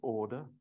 order